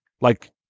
Like-